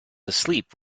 asleep